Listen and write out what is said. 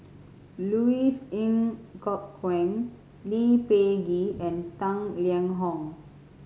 Louis Ng Kok Kwang Lee Peh Gee and Tang Liang Hong